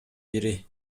бири